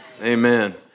Amen